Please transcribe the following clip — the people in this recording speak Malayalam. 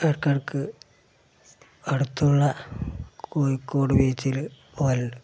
ഇടയ്ക്കിടക്ക് അടുത്തുള്ള കോഴിക്കോട് ബീച്ചില് പോകലുണ്ട്